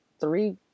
three